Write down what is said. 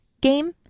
game